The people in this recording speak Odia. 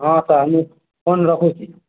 ହଁ ସାର୍ ମୁଁ ଫୋନ୍ ରଖୁଛି